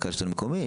מרכז שלטון מקומי,